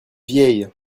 vieille